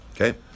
Okay